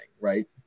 right